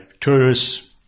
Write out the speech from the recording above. tourists